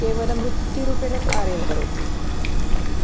केवलं वृत्तिरूपेण कार्यं करोति